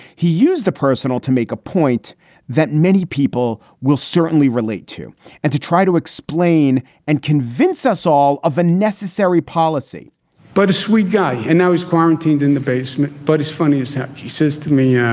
he used the personal to make a point that many people will certainly relate to and to try to explain and convince us all of a necessary policy but a sweet guy. and now he's quarantined in the basement. but it's funny how he says to me. yeah